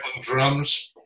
drums